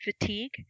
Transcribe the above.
fatigue